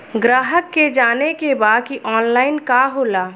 ग्राहक के जाने के बा की ऑनलाइन का होला?